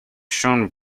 shone